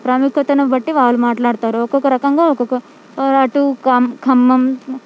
ప్రాముఖ్యతను బట్టి వాళ్ళు మాట్లాడతారు ఒక్కొక్క రకంగా ఒక్కొక్క అటు ఖమ్మం